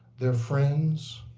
their friends,